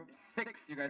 sixty you know